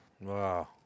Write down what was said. Wow